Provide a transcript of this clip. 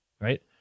right